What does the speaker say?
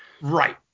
Right